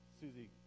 Susie